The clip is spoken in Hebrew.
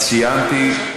אין